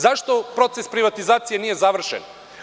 Zašto proces privatizacije nije završen?